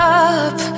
up